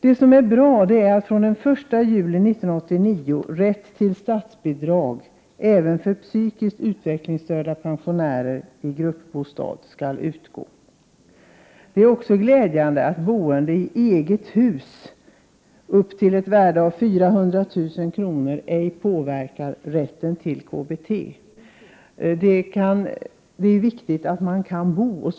Det är emellertid bra att statsbidrag skall utgå fr.o.m. den 1 juli i år även beträffande psykiskt utvecklingsstörda pensionärer i gruppbostad. Vidare är det glädjande att det faktum att man bor i eget hus so0 000 kr. ej påverkar rätten till KBT. Det här med boendet är ju viktigt.